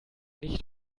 nicht